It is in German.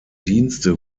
dienste